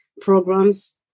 programs